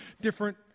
different